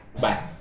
Bye